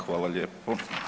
Hvala lijepo.